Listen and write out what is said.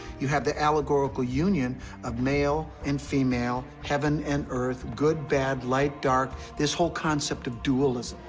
you have the allegorical union of male and female heaven and earth good, bad light, dark this whole concept of dualism.